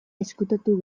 ezkutatu